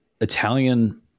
Italian